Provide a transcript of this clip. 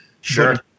Sure